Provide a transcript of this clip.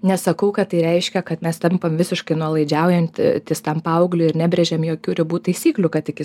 nesakau kad tai reiškia kad mes tampam visiškai nuolaidžiauja te tis tam paaugliui ir nebrėžiam jokių ribų taisyklių kad tik jis